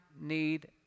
need